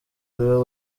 ariwe